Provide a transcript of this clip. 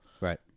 Right